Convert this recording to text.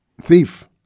Thief